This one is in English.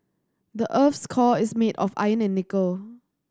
the earth's core is made of iron and nickel